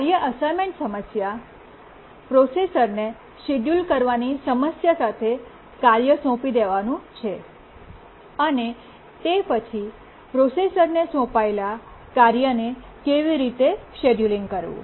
કાર્ય અસાઇનમેન્ટ સમસ્યા પ્રોસેસરને શેડ્યૂલ કરવાની સમસ્યા સાથે કાર્ય સોંપી દેવાનું છે અને તે પછી પ્રોસેસરને સોંપાયેલ કાર્યને કેવી રીતે શેડ્યુલિંગ કરવું